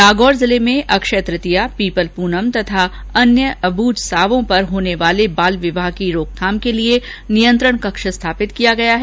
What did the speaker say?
नागौर जिले में अक्षय तृतीया पीपल पूनम तथा अन्य अब्रझ सावों पर होने वाले बाल विवाह की रोकथाम के लिए नियंत्रण कक्ष स्थापित किया गया है